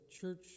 church